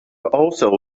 also